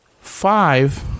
five